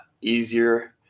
easier